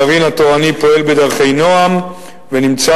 הגרעין התורני פועל בדרכי נועם ונמצא